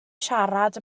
siarad